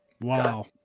Wow